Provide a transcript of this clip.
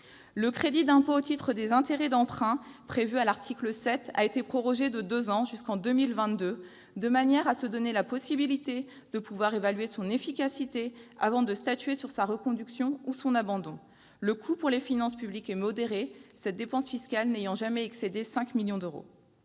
Le crédit d'impôt au titre des intérêts d'emprunt, prévu à l'article 7, a été prorogé de deux ans, jusqu'en 2022, de manière à nous donner la possibilité d'évaluer son efficacité avant de statuer sur sa reconduction ou son abandon. Le coût de cette dépense fiscale pour les finances publiques est modéré : il n'a jamais excédé 5 millions d'euros